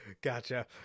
Gotcha